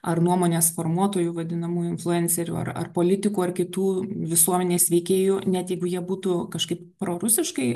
ar nuomonės formuotojų vadinamųjų influencerių ar politikų ar kitų visuomenės veikėjų net jeigu jie būtų kažkaip prorusiškai